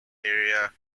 area